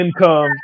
income